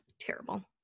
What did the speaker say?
terrible